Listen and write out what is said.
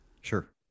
Sure